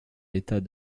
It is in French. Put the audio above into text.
l’état